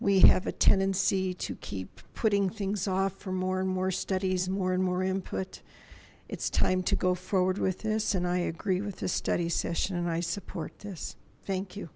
we have a tendency to keep putting things off for more and more studies more and more input it's time to go forward with this and i agree with the study session and i support this thank you